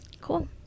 Cool